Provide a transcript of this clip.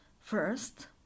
first